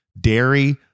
dairy